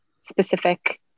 specific